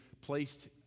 placed